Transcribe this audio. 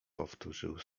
powtórzył